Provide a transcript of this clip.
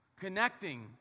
Connecting